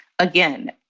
again